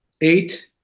eight